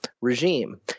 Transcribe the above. regime